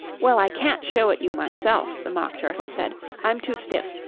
well, i can't show it you myself the mock turtle said i'm too stiff.